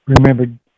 remembered